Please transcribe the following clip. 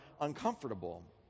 uncomfortable